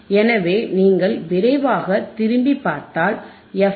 எனவே நீங்கள் விரைவாக திரும்பிப் பார்த்தால் எஃப்